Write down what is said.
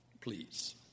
Please